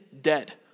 dead